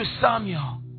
Samuel